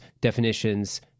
definitions